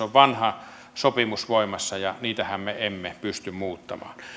on vanha sopimus voimassa ja niitähän me emme pysty muuttamaan